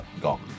gone